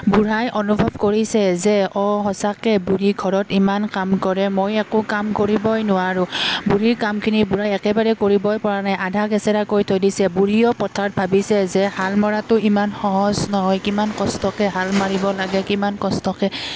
বুঢ়াই অনুভৱ কৰিছে যে অঁ সঁচাকৈ বুঢ়ী ঘৰত ইমান কাম কৰে মই একো কাম কৰিবই নোৱাৰোঁ বুঢ়ীৰ কামখিনি বুঢ়াই একেবাৰে কৰিবই পৰা নাই আধা কেচেৰাকৈ থৈ দিছে বুঢ়ীয়েও পথাৰত ভাবিছে যে হাল মৰাটো ইমান সহজ নহয় কিমান কষ্টকৈ হাল মাৰিব লাগে কিমান কষ্টকৈ